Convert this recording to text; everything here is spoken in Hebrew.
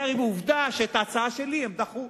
עובדה שאת ההצעה שלי הם דחו,